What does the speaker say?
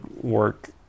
work